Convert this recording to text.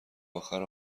اخر